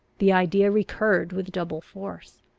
the idea recurred with double force.